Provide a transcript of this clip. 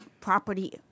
property